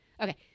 okay